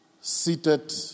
seated